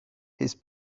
his